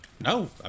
No